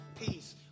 Peace